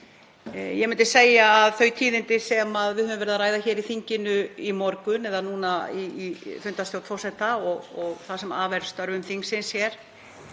Ég myndi segja um þau tíðindi sem við höfum verið að ræða hér í þinginu í morgun, núna í fundarstjórn forseta og það sem af er störfum þingsins,